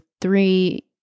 three